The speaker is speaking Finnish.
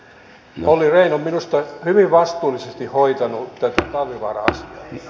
olli rehn on minusta hyvin vastuullisesti hoitanut tätä talvivaara asiaa